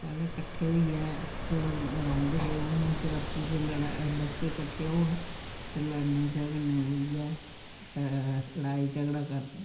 पैह्लें कट्ठे होइयै रौंह्दे हे हून ते आपूं च लड़ा बच्चे कट्ठे होन ते लड़ने झगड़ने दी गै लड़ाई झगड़ा करदे